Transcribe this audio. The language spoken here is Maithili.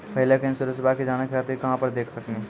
पहले के इंश्योरेंसबा के जाने खातिर कहां पर देख सकनी?